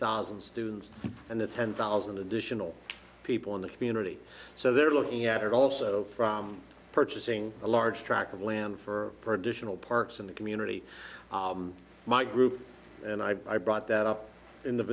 thousand students and the ten thousand additional people in the community so they're looking at it also from purchasing a large tract of land for additional parks in the community my group and i brought that up in the